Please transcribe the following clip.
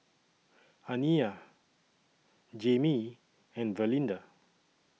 Aniyah Jamie and Valinda